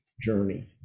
journey